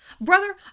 Brother